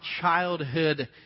childhood